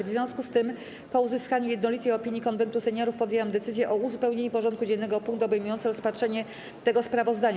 W związku z tym, po uzyskaniu jednolitej opinii Konwentu Seniorów, podjęłam decyzję o uzupełnieniu porządku dziennego o punkt obejmujący rozpatrzenie tego sprawozdania.